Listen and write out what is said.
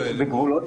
בגבולות